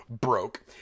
broke